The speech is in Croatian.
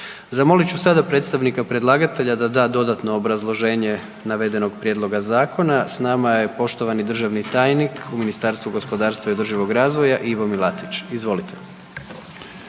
Zamolit ću sada predstavnika predlagatelja da da dodatno obrazloženje navedenog prijedloga zakona, s nama je poštovani državni tajnik u Ministarstvu gospodarstva i održivog razvoja, Ivo Milatić. Izvolite.